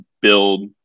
build